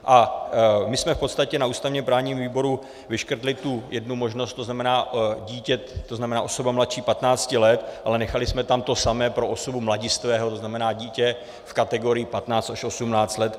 A my jsme v podstatě na ústavněprávním výboru vyškrtli jednu možnost, to znamená dítě, to znamená osoba mladší patnácti let, ale nechali jsme tam to samé pro osobu mladistvého, to znamená dítě v kategorii patnáct až osmnáct let.